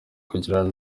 kugirana